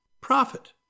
profit